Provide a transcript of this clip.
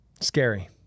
scary